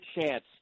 chance